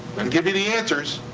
and give you the answers,